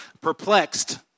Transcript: Perplexed